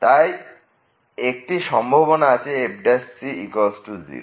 তাই একটি সম্ভাবনা আছে যে f 0